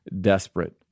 desperate